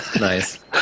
Nice